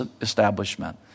establishment